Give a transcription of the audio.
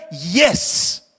Yes